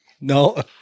No